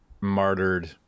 martyred